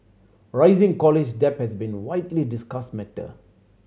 rising college debt has been widely discussed matter